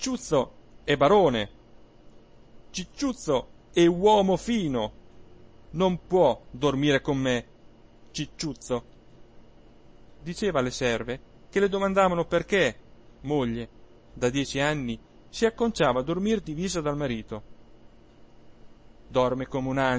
è barone cicciuzzo è uomo fino non può dormire con me cicciuzzo diceva alle serve che le domandavano perché moglie da dieci anni si acconciava a dormir divisa dal marito dorme